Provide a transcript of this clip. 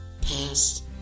past